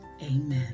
Amen